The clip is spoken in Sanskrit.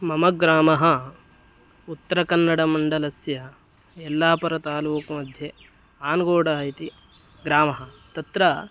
मम ग्रामः उत्तरकन्नडमण्डलस्य यल्लापुरतालूक् मध्ये आनुगोड इति ग्रामः तत्र